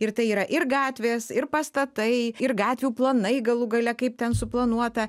ir tai yra ir gatvės ir pastatai ir gatvių planai galų gale kaip ten suplanuota